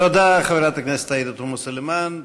תודה לחברת הכנסת עאידה תומא סלימאן.